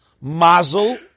Mazel